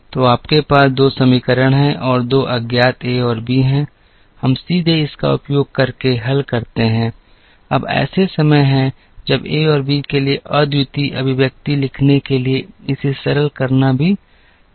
तो आपके पास 2 समीकरण हैं और 2 अज्ञात ए और बी हैं हम सीधे इसका उपयोग करके हल कर सकते हैं अब ऐसे समय हैं जब ए और बी के लिए अद्वितीय अभिव्यक्ति लिखने के लिए इसे सरल करना भी संभव है